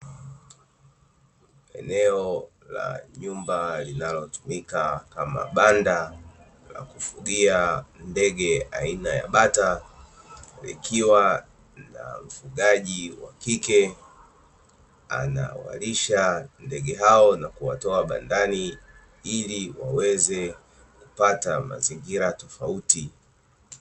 Eneo la nyumba linalotumika kama banda la kufugia ndege aina ya bata, likiwa na mfugaji wa kike anawalisha ndege hao na kuwatoa bandani ili waweze kupata mazingira tofauti.